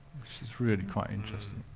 which is really quite interesting.